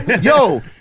Yo